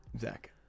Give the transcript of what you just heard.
zach